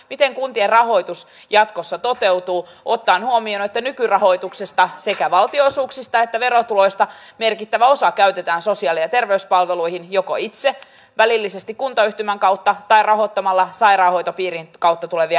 esimerkiksi tämä joensuuvarkaus välin rata savonlinnan kohdalta on lähes kokonaan uusittu viime vuosien aikana ja nyt se tällä säästöllä tehdään lähes käyttämättömäksi